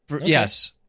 yes